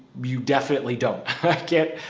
you definitely don't get,